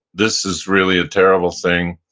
this is really a terrible thing,